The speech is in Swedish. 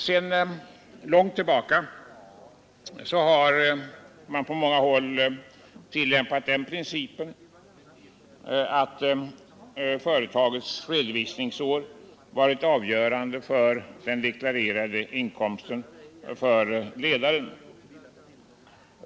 Sedan långt tillbaka har man på många håll tillämpat den principen att företagets redovisningsår varit avgörande för den deklarerade inkomsten för ledaren.